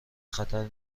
خطر